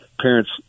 parents